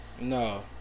No